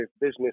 business